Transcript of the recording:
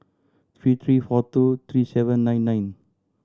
three three four two three seven nine nine